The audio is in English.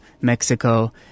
Mexico